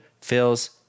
feels